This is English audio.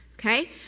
Okay